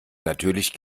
natürlich